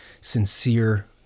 sincere